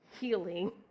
healing